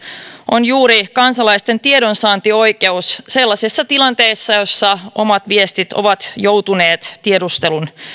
on juuri kansalaisten tiedonsaantioikeus sellaisessa tilanteessa jossa omat viestit ovat joutuneet tiedustelun